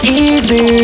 easy